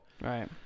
right